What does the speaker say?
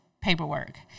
paperwork